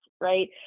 Right